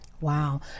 Wow